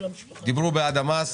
דיברו בעד המס,